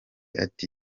ati